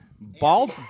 bald